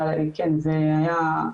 אבל כן זה היה,